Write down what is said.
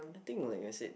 I think like I said